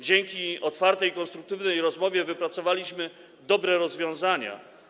Dzięki otwartej i konstruktywnej rozmowie wypracowaliśmy dobre rozwiązania.